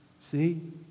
See